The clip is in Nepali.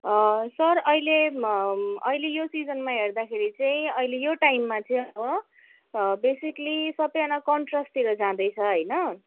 सर अहिले अहिले यो सिजनमा हेर्दाखेरि चाहिँ अहिले यो टाइममा चाहिँ अब बेसिकली सबैजना कन्ट्रेस्टतिर जाँदैछ होइन